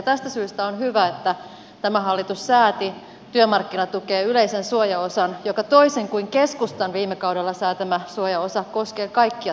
tästä syystä on hyvä että tämä hallitus sääti työmarkkinatukeen yleisen suojaosan joka toisin kuin keskustan viime kaudella säätämä suojaosa koskee kaikkia työttömiä